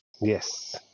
Yes